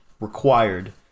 Required